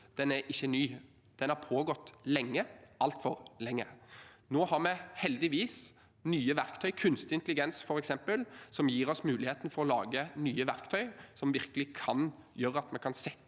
natur, ikke er ny. Den har pågått lenge – altfor lenge. Nå har vi heldigvis nye verktøy, f.eks. kunstig intelligens, som gir oss muligheten til å lage nye verktøy som virkelig kan gjøre at vi kan sette